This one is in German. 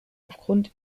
aufgrund